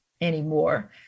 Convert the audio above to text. anymore